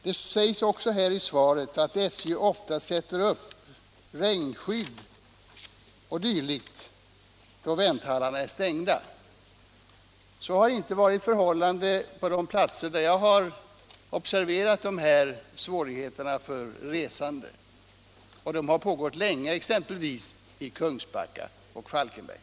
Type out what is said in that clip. Det sägs också i svaret att SJ ofta sätter upp regnskydd o. d., då vänthallarna är stängda. Så har inte varit fallet på de platser där jag har observerat olägenheterna som råder för de resande. Dessa olägenheter har förelegat länge exempelvis i Kungsbacka och Falkenberg.